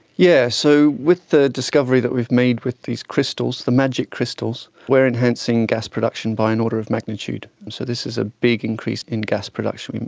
yeah so with the discovery that we've made with these crystals, the magic crystals, we are enhancing gas production by an order of magnitude. so this is a big increase in gas production.